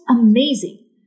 amazing